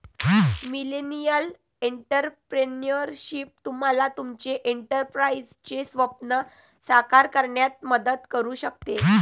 millennial entrepreneurship तुम्हाला तुमचे एंटरप्राइझचे स्वप्न साकार करण्यात मदत करू शकते